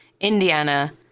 indiana